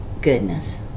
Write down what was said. Goodness